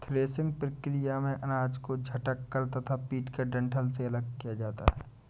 threshing प्रक्रिया में अनाज को झटक कर तथा पीटकर डंठल से अलग किया जाता है